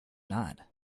not